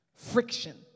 Friction